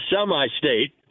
semi-state